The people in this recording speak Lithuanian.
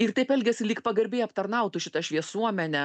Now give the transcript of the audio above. ir taip elgiasi lyg pagarbiai aptarnautų šitą šviesuomenę